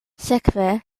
sekve